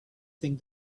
think